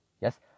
Yes